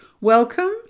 Welcome